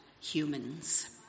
humans